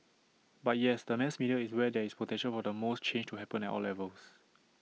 but yes the mass media is where there is potential for the most change to happen at all levels